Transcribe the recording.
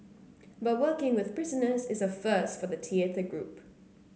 but working with prisoners is a first for the theatre group